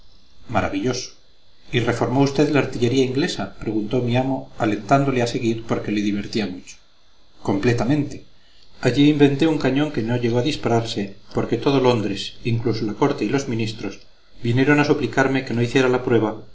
maravilloso y reformó usted la artillería inglesa preguntó mi amo alentándole a seguir porque le divertía mucho completamente allí inventé un cañón que no llegó a dispararse porque todo londres incluso la corte y los ministros vinieron a suplicarme que no hiciera la prueba